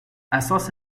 اساس